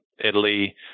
Italy